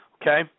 Okay